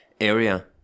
area